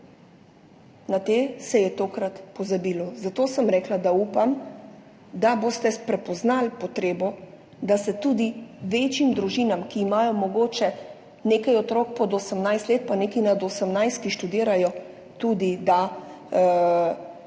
Na te se je tokrat pozabilo. Zato sem rekla, da upam, da boste prepoznali potrebo, da se tudi večjim družinam, ki imajo mogoče nekaj otrok pod 18 let pa nekaj nad 18, ki študirajo, da